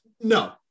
No